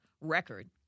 record